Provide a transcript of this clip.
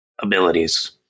abilities